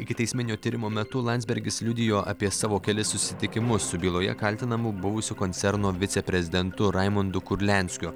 ikiteisminio tyrimo metu landsbergis liudijo apie savo kelis susitikimus su byloje kaltinamu buvusiu koncerno viceprezidentu raimundu kurlianskiu